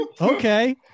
Okay